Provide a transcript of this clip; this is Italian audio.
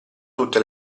tutte